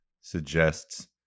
suggests